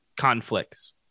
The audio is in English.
conflicts